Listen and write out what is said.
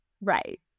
Right